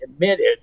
committed